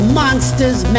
monsters